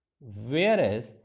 whereas